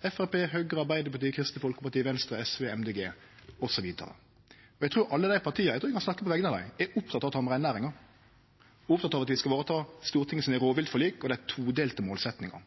Høgre, Arbeidarpartiet, Kristeleg Folkeparti, Venstre, SV og Miljøpartiet Dei Grøne. Eg trur alle dei partia – eg trur eg kan snakke på vegner av dei – er opptekne av tamreinnæringa og opptekne av at vi skal vareta Stortinget sine rovviltforlik og den todelte målsetjinga.